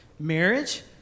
marriage